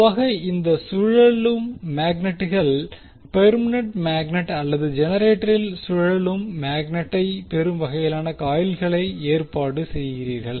பொதுவாக இந்த சுழலும் மேக்னெட்கள் பெர்மனண்ட் மேக்னட் அல்லது ஜெனரேட்டரில் சுழலும் மேக்னெட்டை பெறும் வகையில் காயில்களை ஏற்பாடு செய்கிறீர்கள்